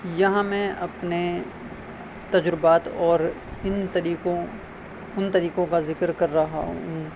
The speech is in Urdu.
یہاں میں اپنے تجربات اور ان طریقوں ان طریقوں کا ذکر کر رہا ہوں